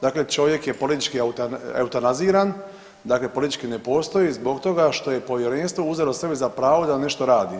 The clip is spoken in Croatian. Dakle, čovjek je politički eutanaziran, dakle politički ne postoji zbog toga što je povjerenstvo uzeli sebi za pravo da nešto radi.